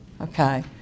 okay